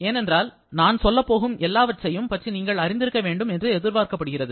ஏனென்றால் நான் சொல்லப்போகும் எல்லாவற்றையும் பற்றி நீங்கள் அறிந்திருக்க வேண்டும் என்று எதிர்பார்க்கப்படுகிறது